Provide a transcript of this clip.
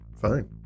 fine